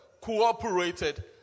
cooperated